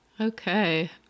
Okay